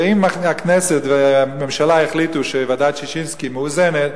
ואם הכנסת והממשלה החליטו שוועדת-ששינסקי מאוזנת,